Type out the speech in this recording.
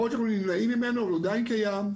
נכון שאנחנו נמנעים ממנו, אבל הוא עדיין קיים,